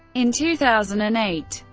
in two thousand and eight,